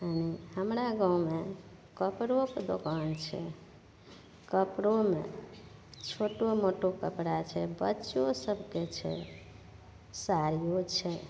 हमरा गाममे कपड़ोके दोकान छै कपड़ोमे छोटो मोटो कपड़ा छै बच्चो सभके छै साड़िओ छै